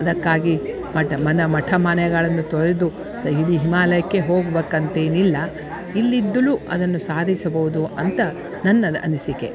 ಇದಕ್ಕಾಗಿ ಮಠ ಮನ ಮಠ ಮನೆಗಳನ್ನು ತೊರೆದು ಇಡೀ ಹಿಮಾಲಯಕ್ಕೆ ಹೋಗ್ಬೇಕ್ ಅಂತೇನಿಲ್ಲ ಇಲ್ಲಿದ್ದೂ ಅದನ್ನು ಸಾಧಿಸಬೌದು ಅಂತ ನನ್ನ ಅನಿಸಿಕೆ